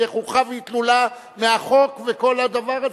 יהיה חוכא ואטלולא מהחוק וכל הדבר הזה?